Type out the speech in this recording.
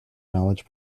knowledge